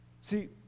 See